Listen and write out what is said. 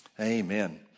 Amen